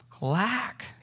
lack